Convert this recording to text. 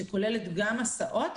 שכוללת גם הסעות,